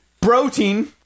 protein